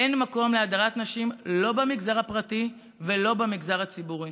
אין מקום להדרת נשים לא במגזר הפרטי ולא במגזר הציבורי.